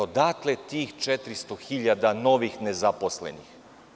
Odatle tih 400 hiljada novih nezaposlenih.